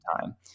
time